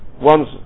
one's